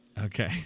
okay